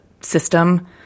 system